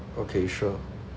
okay sure